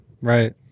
Right